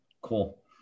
Cool